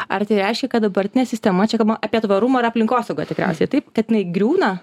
ar tai reiškia kad dabartinė sistema čia kalbama apie tvarumą ir aplinkosaugą tikriausiai taip kad jinai griūna